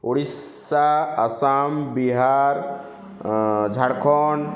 Odisha Assam Bihar Jharkhand